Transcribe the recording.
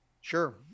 sure